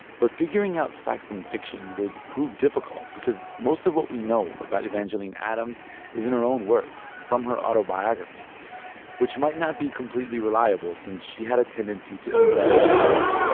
but figuring out fact from fiction would prove difficult because most of what we know about evangeline adams is in her own words, from her autobiography which might not be completely reliable since she had a tendency to embellish things.